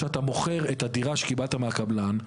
כשאתה מוכר את הדירה שקיבלת מהקבלן,